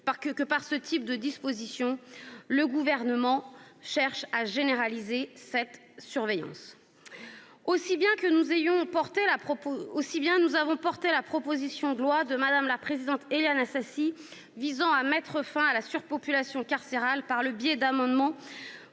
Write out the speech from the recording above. que, par ce type de disposition, le Gouvernement cherche à mettre en place une surveillance généralisée. Bien que nous ayons porté la proposition de loi de Mme Éliane Assassi visant à mettre fin à la surpopulation carcérale par le biais d'amendements,